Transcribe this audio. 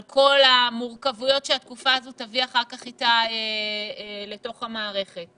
על כל המורכבויות שהתקופה הזאת תביא איתה אחר כך לתוך המערכת.